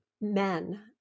men